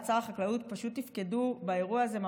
שר החקלאות פשוט תפקדו באירוע הזה,